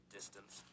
Distance